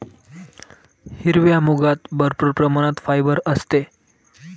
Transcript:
हिरव्या मुगात भरपूर प्रमाणात फायबर असते